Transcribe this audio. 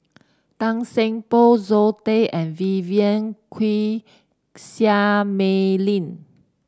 Tan Seng Poh Zoe Tay and Vivien Quahe Seah Mei Lin